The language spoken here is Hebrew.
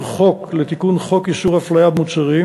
חוק לתיקון חוק איסור הפליה במוצרים,